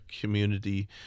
community